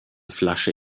flasche